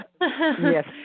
Yes